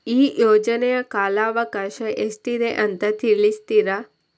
ಈ ಯೋಜನೆಯ ಕಾಲವಕಾಶ ಎಷ್ಟಿದೆ ಅಂತ ತಿಳಿಸ್ತೀರಾ?